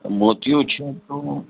મોતિયો છે તો